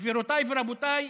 גבירותיי ורבותיי,